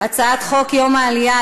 הצעת חוק יום העולה,